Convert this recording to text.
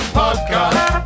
podcast